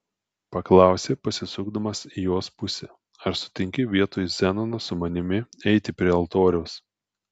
paklausė pasisukdamas į jos pusę ar sutinki vietoj zenono su manimi eiti prie altoriaus